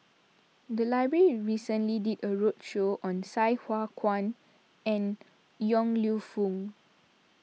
the library recently did a roadshow on Sai Hua Kuan and Yong Lew Foong